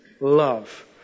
love